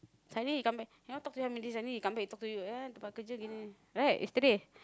suddenly he come back he want talk to him already suddenly he come back talk to you ah tempat kerja right yesterday